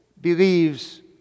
believes